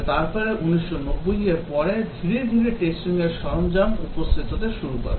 তবে তারপরে 1990 এর পরে ধীরে ধীরে testing র সরঞ্জাম উপস্থিত হতে শুরু করে